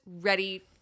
ready